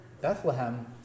Bethlehem